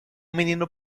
menino